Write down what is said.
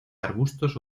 arbustos